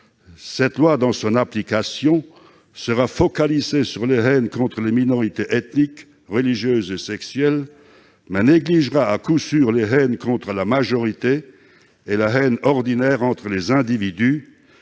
texte sera, dans son application, focalisé sur les haines contre les minorités ethniques, religieuses et sexuelles, mais négligera à coup sûr les haines contre la majorité et la haine ordinaire entre les individus,